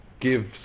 give